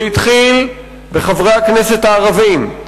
זה התחיל בחברי הכנסת הערבים,